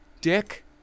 dick